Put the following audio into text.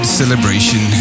celebration